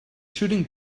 shooting